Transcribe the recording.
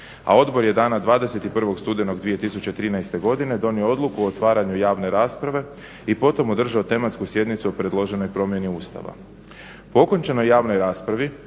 A odbor je dana 21.studenog 2013.godine donio odluku o otvaranju javne rasprave i potom održao tematsku sjednicu o predloženoj promjeni Ustava. Po okončanoj javnoj raspravi,